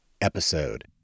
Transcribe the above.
episode